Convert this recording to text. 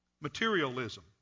Materialism